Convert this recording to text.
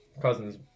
Cousins